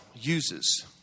uses